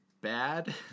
bad